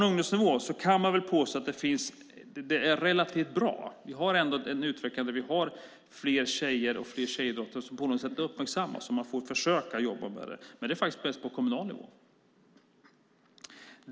Det är relativt bra på barn och ungdomsnivån. Vi har en utveckling mot fler tjejer och fler tjejidrotter som uppmärksammas, och det är faktiskt bäst på kommunal nivå.